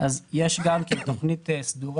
אז יש גם כן תוכנית סדורה,